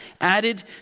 added